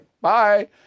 Bye